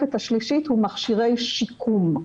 בתוספת השלישית הוא "מכשירי שיקום".